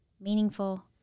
meaningful